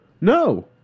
No